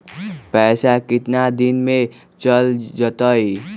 पैसा कितना दिन में चल जतई?